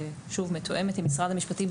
מתואמת עם משרד המשפטים,